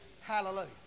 Hallelujah